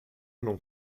non